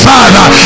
Father